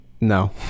No